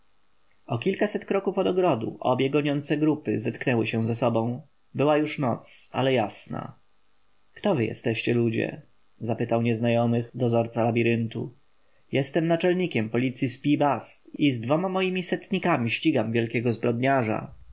o kilkaset kroków od ogrodu obie goniące grupy zetknęły się ze sobą była już noc ale jasna kto wy jesteście ludzie zapytał nieznajomych dozorca labiryntu jestem naczelnikiem policji z pi-bast i z dwoma moimi setnikami ścigam wielkiego zbrodniarza